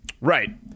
Right